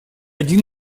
один